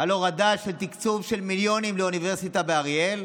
על הורדה של תקציב של מיליונים לאוניברסיטה באריאל.